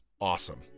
awesome